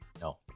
No